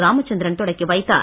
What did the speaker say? இராமச்சந்திரன் தொடங்கி வைத்தார்